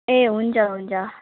ए हुन्छ हुन्छ